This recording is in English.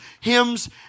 hymns